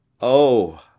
Oh